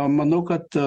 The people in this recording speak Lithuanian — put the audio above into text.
manau kad